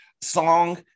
song